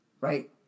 right